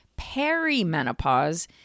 Perimenopause